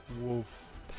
wolf